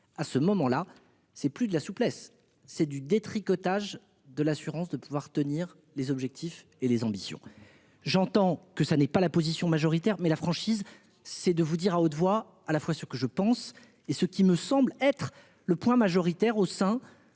à ce moment-là, c'est plus de la souplesse, c'est du détricotage de l'assurance de pouvoir tenir les objectifs et les ambitions. J'entends que ça n'est pas la position majoritaire mais la franchise c'est de vous dire à haute voix à la fois ce que je pense, et ce qui me semble être le point majoritaire au sein